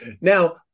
Now